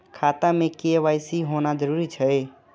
खाता में के.वाई.सी होना जरूरी छै?